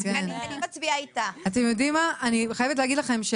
אני חייבת להגיד לכם,